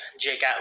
Jake